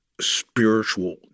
spiritual